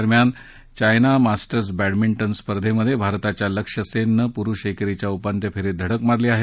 दरम्यान China masters badminton स्पर्धेत भारताच्या लक्ष्य सेननं पुरुष क्रिरीच्या उपान्त्य फेरीत धडक मारली आहे